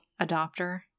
adopter